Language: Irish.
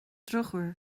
drochuair